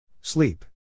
Sleep